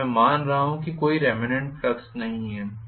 यह मैं मान रहा हूं कि कोई रेमानेंट फ्लक्स नहीं है